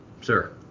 Sir